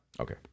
okay